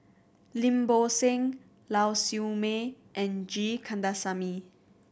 Lim Bo Seng Lau Siew Mei and G Kandasamy